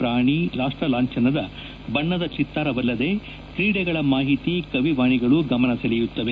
ಪ್ರಾಣಿ ರಾಷ್ಟ ಲಾಂಛನದ ಬಣ್ಣದ ಚಿತ್ತಾರವಲ್ಲದೆ ಕ್ರೀಡೆಗಳ ಮಾಹಿತಿ ಕವಿ ವಾಣಿಗಳು ಗಮನ ಸೆಳೆಯುತ್ತವೆ